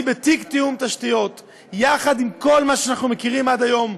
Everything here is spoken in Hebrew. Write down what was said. בתיק תיאום תשתיות יחד עם כל מה שאנחנו מכירים עד היום,